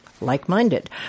like-minded